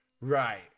Right